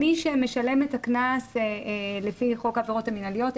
מי שמשלם את הקנס לפי חוק העבירות המנהליות,